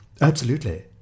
Absolutely